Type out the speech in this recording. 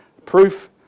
Proof